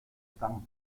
tan